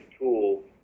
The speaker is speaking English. tool